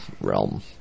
realm